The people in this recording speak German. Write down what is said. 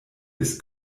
ist